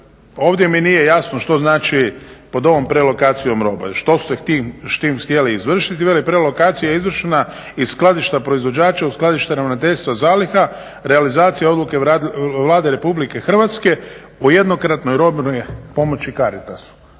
ovdje mi nije jasno što znači pod prealokacijom robe, što ste s tim htjeli izvršiti. Veli prealokacija je izvršena iz skladišta proizvođača u skladište ravnateljstva zaliha, realizacija odluke Vlade Republike Hrvatske o jednokratnoj robnoj pomoći Caritasu.